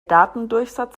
datendurchsatz